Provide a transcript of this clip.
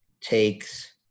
takes